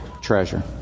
treasure